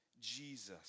Jesus